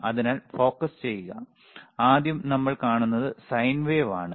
അതിനാൽ ഫോക്കസ് ചെയ്യുക ആദ്യം നമ്മൾ കാണുന്നത് സൈൻ വേവ് ആണ്